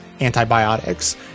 antibiotics